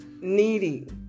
needy